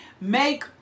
Make